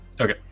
Okay